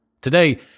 Today